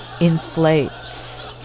inflates